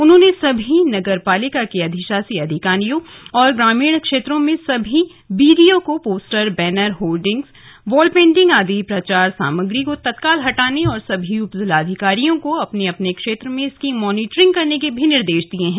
उन्होंने सभी नगर पालिका के अधिशासी अधिकारियों और ग्रामीण क्षेत्रों में सभी वीडीओ को poster banner hoardings wall painting आदि प्रचार सामग्री को तत्काल हटाने के और सभी एसडीएम को अपने अपने क्षेत्रों में इसकी मॉनिटरिंग करने के भी निर्देश दिये हैं